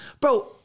Bro